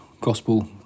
gospel